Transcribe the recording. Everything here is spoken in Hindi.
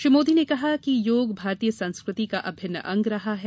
श्री मोदी ने कहा है कि योग भारतीय संस्कृति का अभिन्न अंग रहा है